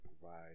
provide